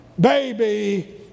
baby